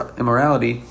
immorality